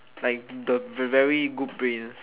like the very good brains